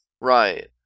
Right